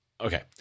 okay